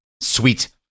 Sweet